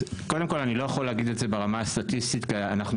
קודם כל אני לא יכול להגיד את זה ברמה הסטטיסטית כי אנחנו